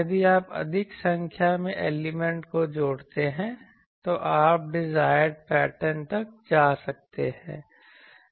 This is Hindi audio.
यदि आप अधिक संख्या में एलिमेंट को जोड़ते हैं तो आप डिजायरड पैटर्न तक जा सकते हैं